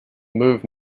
move